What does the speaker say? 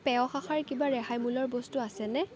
পেয় শাখাৰ কিবা ৰেহাই মূল্যৰ বস্তু আছেনে